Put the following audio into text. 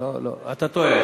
לא לא, אתה טועה.